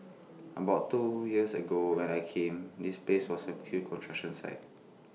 about two years ago when I came this place was A huge construction site